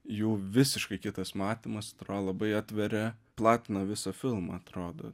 jų visiškai kitas matymas atrodo labai atveria platina visą filmą atrodo